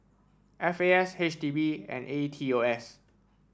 F A S H D B and A E T O S